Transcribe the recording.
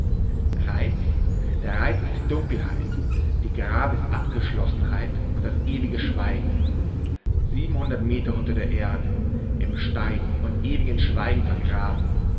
reiz der reiz ist die dunkelheit die grabesabgeschlossenheit und das ewige schweigen siebenhundert meter unter der erde im stein und ewigen schweigen vergraben